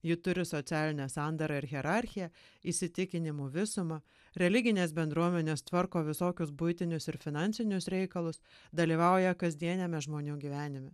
ji turi socialinę sandarą ir hierarchija įsitikinimų visumą religinės bendruomenės tvarko visokius buitinius ir finansinius reikalus dalyvauja kasdieniame žmonių gyvenime